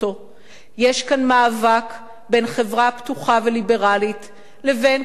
יש כאן מאבק בין חברה פתוחה וליברלית לבין קבוצות מיעוט,